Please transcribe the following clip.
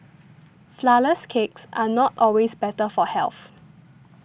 Flourless Cakes are not always better for health